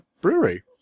brewery